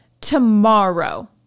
tomorrow